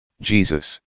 Jesus